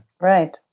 Right